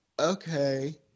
okay